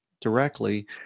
directly